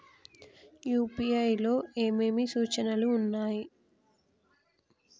UPI లో ఏమేమి సూచనలు ఉన్నాయి?